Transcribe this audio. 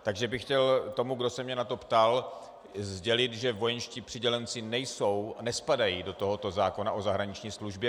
Takže bych chtěl tomu, kdo se mě na to ptal, sdělit, že vojenští přidělenci nespadají do tohoto zákona o zahraniční službě.